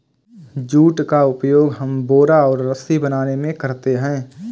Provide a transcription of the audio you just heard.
jute का उपयोग हम बोरा और रस्सी बनाने में करते हैं